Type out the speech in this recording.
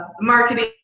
marketing